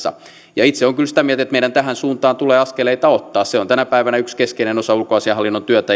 itse olen kyllä sitä mieltä että meidän tähän suuntaan tulee askeleita ottaa se on tänä päivänä yksi keskeinen osa ulkoasiainhallinnon työtä